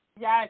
Yes